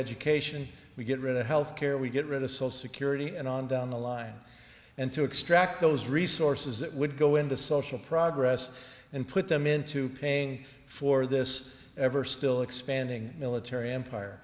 education we get rid of health care we get rid of social security and on down the line and to extract those resources that would go into social progress and put them into paying for this ever still expanding military empire